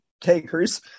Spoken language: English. takers